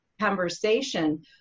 conversation